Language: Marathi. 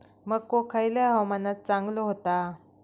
मको खयल्या हवामानात चांगलो होता?